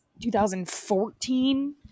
2014